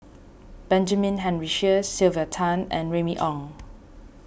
Benjamin Henry Sheares Sylvia Tan and Remy Ong